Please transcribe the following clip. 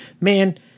man